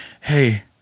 hey